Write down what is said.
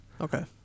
Okay